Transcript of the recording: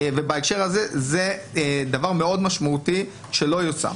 בהקשר הזה זה דבר מאוד משמעותי שלא יושם.